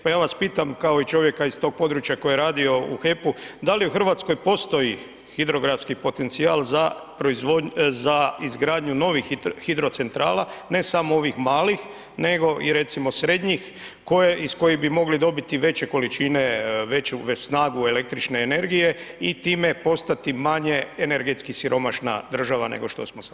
Pa ja vas pitam, kao i čovjeka iz tog područja koji je radio u HEP-u, da li u Hrvatskoj postoji hidrogradski potencijal za izgradnju novih hidrocentrala, ne samo ovih malih, nego i recimo srednjih iz kojih bi mogli dobiti veće količine, veću snagu električne energije i time postati manje energetski siromašna država nego što smo sada?